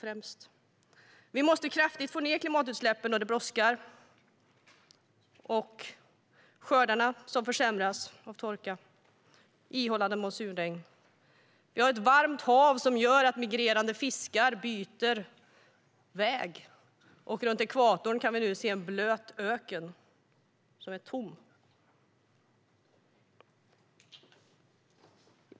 Vi måste kraftigt få ned klimatutsläppen, och det brådskar. Skördarna försämras av torka, och monsunregnen är ihållande. Vi har ett varmt hav som gör att migrerande fiskar byter väg, och runt ekvatorn kan vi nu se en blöt öken som är tom.